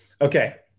Okay